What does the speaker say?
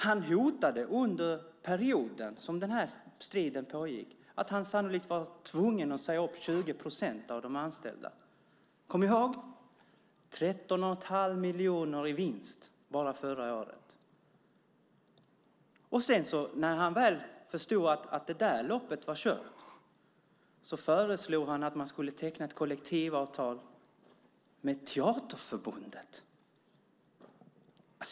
Han hotade under perioden som denna strid pågick med att han sannolikt var tvungen att säga upp 20 procent av de anställda. Kom ihåg: Företaget gick med 13 1⁄2 miljoner i vinst bara förra året! När han väl förstod att det loppet var kört föreslog han att man skulle teckna ett kollektivavtal med Teaterförbundet.